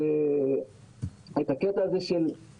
הדבר הכי קריטי כדי לעמוד בלוחות הזמנים,